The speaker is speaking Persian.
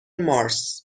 مارس